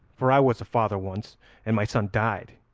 for i was a father once and my son died,